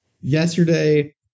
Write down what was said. Yesterday